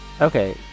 Okay